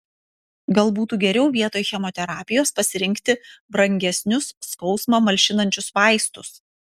gal būtų geriau vietoj chemoterapijos pasirinkti brangesnius skausmą malšinančius vaistus